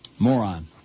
Moron